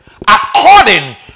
according